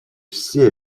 все